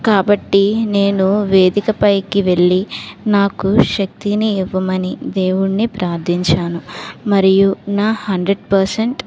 కాబట్టి నేను వేదిక పైకి వెళ్ళి నాకు శక్తిని ఇవ్వమని దేవుడిని ప్రార్థించాను మరియు నా హండ్రెడ్ పర్సెంట్